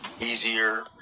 easier